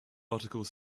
articles